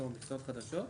לא, מכסות חדשות?